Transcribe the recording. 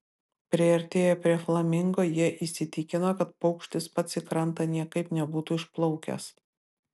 priartėję prie flamingo jie įsitikino kad paukštis pats į krantą niekaip nebūtų išplaukęs